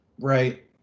Right